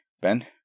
Ben